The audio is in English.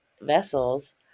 vessels